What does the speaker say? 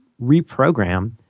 reprogram